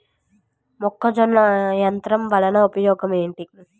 మొక్కజొన్న యంత్రం వలన ఉపయోగము ఏంటి?